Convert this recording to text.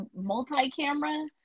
multi-camera